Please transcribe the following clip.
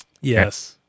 yes